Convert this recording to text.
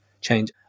change